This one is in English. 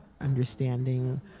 Understanding